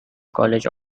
college